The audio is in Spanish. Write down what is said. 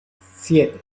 siete